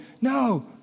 No